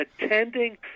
attending